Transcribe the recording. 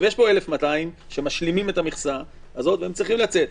יש פה 1,200 שמשלימים את המכסה, והם צריכים לצאת.